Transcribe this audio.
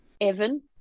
Evan